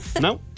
No